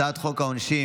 הצעת חוק העונשין